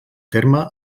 terme